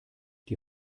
die